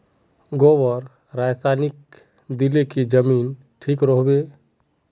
गोबर रासायनिक दिले की जमीन ठिक रोहबे?